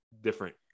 different